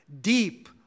deep